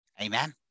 Amen